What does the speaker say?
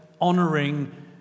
honoring